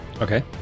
Okay